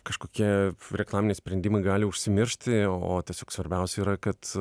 kažkokie reklaminiai sprendimai gali užsimiršti o juk svarbiausia yra kad